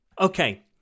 Okay